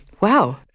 Wow